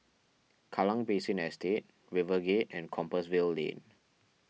Kallang Basin Estate RiverGate and Compassvale Lane